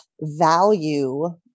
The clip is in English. value